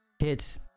hits